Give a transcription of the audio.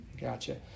Gotcha